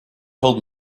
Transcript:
told